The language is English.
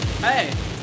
Hey